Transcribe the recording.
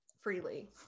freely